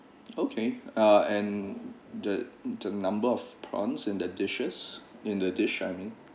okay ah and the the number of prawns in the dishes in the dish I mean